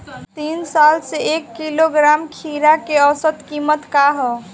तीन साल से एक किलोग्राम खीरा के औसत किमत का ह?